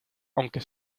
aunque